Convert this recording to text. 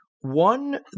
One